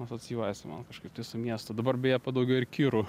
asocijuojasi man kažkaip tai su miestu dabar beje padaugėjo ir kirų